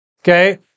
Okay